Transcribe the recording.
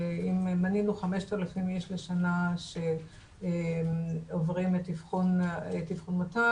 אם מנינו 5,000 איש לשנה שעוברים את אבחון מת"ל,